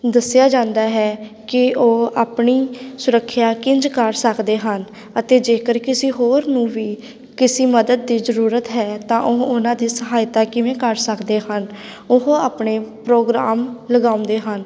ਦੱਸਿਆ ਜਾਂਦਾ ਹੈ ਕਿ ਉਹ ਆਪਣੀ ਸੁਰੱਖਿਆ ਕਿੰਝ ਕਰ ਸਕਦੇ ਹਨ ਅਤੇ ਜੇਕਰ ਕਿਸੀ ਹੋਰ ਨੂੰ ਵੀ ਕਿਸੀ ਮਦਦ ਦੀ ਜ਼ਰੂਰਤ ਹੈ ਤਾਂ ਉਹ ਉਹਨਾਂ ਦੀ ਸਹਾਇਤਾ ਕਿਵੇਂ ਕਰ ਸਕਦੇ ਹਨ ਉਹ ਆਪਣੇ ਪ੍ਰੋਗਰਾਮ ਲਗਾਉਂਦੇ ਹਨ